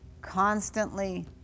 constantly